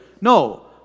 No